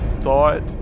thought